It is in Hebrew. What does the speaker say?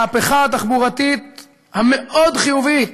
אנחנו לא מוכנים בשום פנים ואופן שהמהפכה התחבורתית המאוד-חיובית